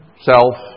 self